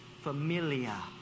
familia